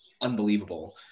unbelievable